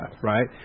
right